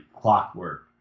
clockwork